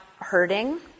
hurting